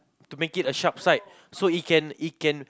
to make it a sharp side so it can it can